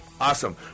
Awesome